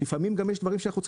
לפעמים גם יש דברים שאנחנו צריכים